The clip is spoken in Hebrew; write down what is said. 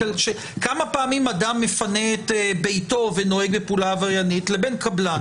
כמה פעמים אדם מפנה את ביתו ונוהג בפעולה עבריינית לבין קבלן?